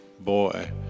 boy